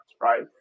right